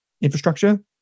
infrastructure